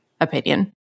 opinion